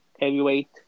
heavyweight